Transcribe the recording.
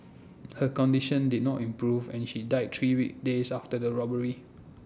her condition did not improve and she died three days after the robbery